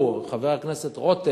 הוא או חבר הכנסת רותם,